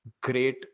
great